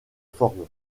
forme